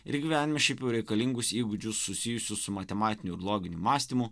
ir gyvenime šiaip jau reikalingus įgūdžius susijusius su matematiniu ir loginiu mąstymu